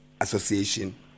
association